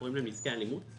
קוראים להם "נזקי אלימות".